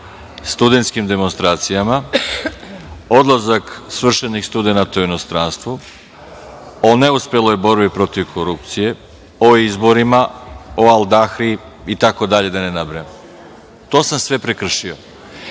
studentskim demonstracijama, odlazak svršenih studenata u inostranstvo, o neuspeloj borbi protiv korupcije, o izborima, o Al Dahri itd, da ne nabrajam, to sam sve prekršio.